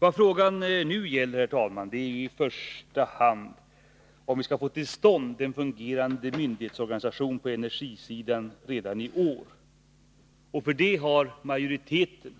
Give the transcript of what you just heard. Vad frågan nu gäller, herr talman, är i första hand om vi skall få till stånd en fungerande myndighetsorganisation på energisidan redan i år. Utskottsmajoriteten